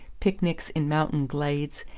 picnics in mountain glades,